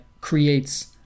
creates